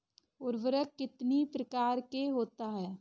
उर्वरक कितनी प्रकार के होता हैं?